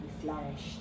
flourished